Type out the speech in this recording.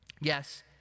Yes